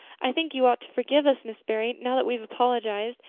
i think you ought to forgive us, miss barry, now that we've apologized.